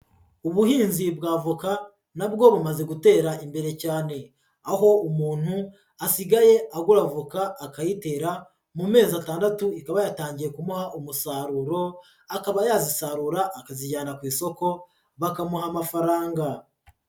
Ubuhinzi bwa avoka nabwo bumaze gutera imbere cyane, aho umuntu asigaye agura avoka akayitera, mu mezi atandatu ikaba yatangiye kumuha umusaruro, akaba yazisarura akazijyana ku isoko, bakamuha amafaranga.